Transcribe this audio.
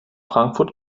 frankfurt